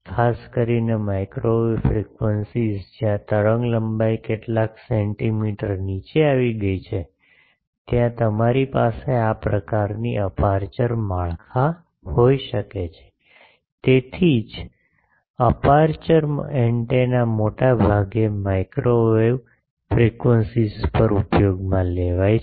ખાસ કરીને microwave frequencies જ્યાં તરંગલંબાઇ કેટલાક સેન્ટિમીટર નીચે આવી ગઈ છે ત્યાં તમારી પાસે આ પ્રકારની અપેરચ્યોર માળખાં હોઈ શકે છે તેથી જ અપેરચ્યોરએન્ટેના મોટે ભાગે માઇક્રોવેવ ફ્રીક્વન્સીઝ પર ઉપયોગમાં લેવાય છે